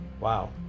Wow